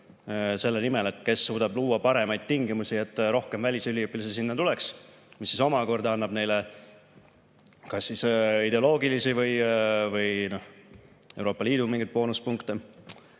selle nimel, kes suudab luua paremaid tingimusi, et rohkem välisüliõpilasi sinna tuleks, mis omakorda annab kas ideoloogilisi või mingeid Euroopa Liidu boonuspunkte.